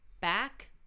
back